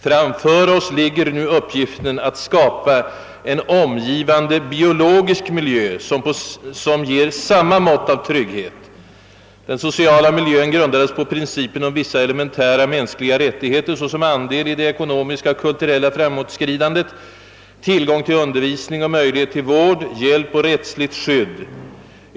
Framför oss ligger nu uppgiften att skapa en omgivande biologisk miljö, som ger samma mått av trygghet. Den sociala miljön grundades på principen om vissa elementära, mänskliga rättigheter såsom andel i det ekonomiska och kulturella framåtskridandet, tillgång till undervisning och möjlighet till vård, hjälp och rättsligt skydd.